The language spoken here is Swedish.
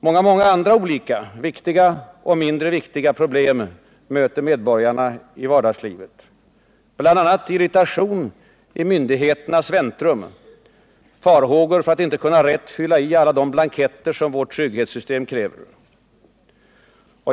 Många, många andra olika — viktiga och mindre viktiga — problem möter medborgarna i vardagslivet, bl.a. irritation i myndigheternas väntrum och farhågor för att inte kunna rätt fylla i de blanketter trygghetssystemet kräver.